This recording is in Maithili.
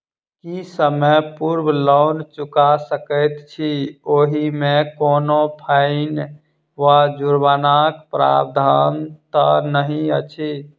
की समय पूर्व लोन चुका सकैत छी ओहिमे कोनो फाईन वा जुर्मानाक प्रावधान तऽ नहि अछि?